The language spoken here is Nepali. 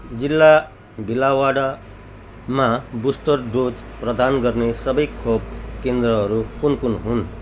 जिल्ला भिलावाडामा बुस्टर डोज प्रदान गर्ने सबै खोप केन्द्रहरू कुन कुन हुन्